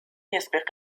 يسبق